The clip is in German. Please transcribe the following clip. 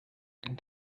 darf